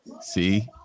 See